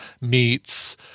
meets